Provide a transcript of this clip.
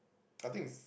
I think is